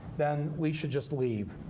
then we should just leave,